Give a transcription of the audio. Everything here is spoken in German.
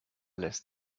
lässt